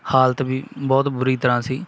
ਹਾਲਤ ਵੀ ਬਹੁਤ ਬੁਰੀ ਤਰ੍ਹਾਂ ਸੀ